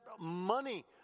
money